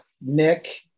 Nick